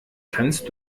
kannst